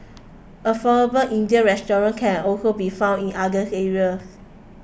affordable Indian restaurants can also be found in other areas